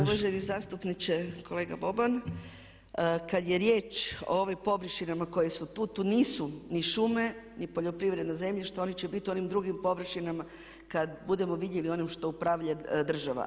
Uvaženi zastupniče kolega Boban kad je riječ o ovim površinama koje su tu, tu nisu ni šume ni poljoprivredna zemljišta oni će biti u onim drugim površinama kad budemo vidjeli onim što upravlja država.